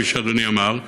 כפי שאדוני אמר,